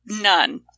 none